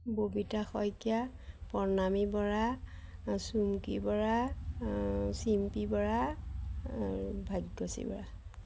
Babita Saikia Pranami Bora Chumki Bora Chimpi Bora Bhagyashree Bora